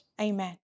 Amen